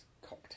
cocktail